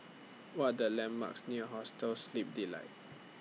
What Are The landmarks near Hostel Sleep Delight